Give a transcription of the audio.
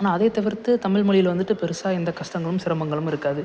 ஆனால் அதே தவிர்த்து தமிழ் மொழியில வந்துட்டு பெருசாக எந்த கஷ்டங்களும் சிரமங்களும் இருக்காது